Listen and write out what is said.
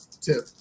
Two